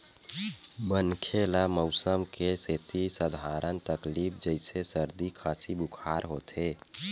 मनखे ल मउसम के सेती सधारन तकलीफ जइसे सरदी, खांसी, बुखार होथे